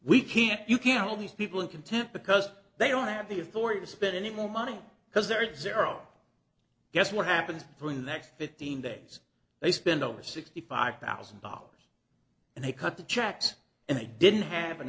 we can't you can't hold these people in contempt because they don't have the authority to spend any more money because there is zero guess what happens during the next fifteen days they spent over sixty five thousand dollars and they cut the checks and they didn't have an